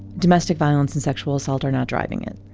domestic violence and sexual assault are not driving it.